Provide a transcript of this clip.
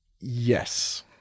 Yes